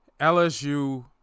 LSU